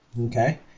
Okay